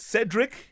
Cedric